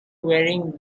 wearing